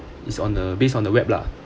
is on the based on the web lah